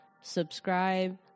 Subscribe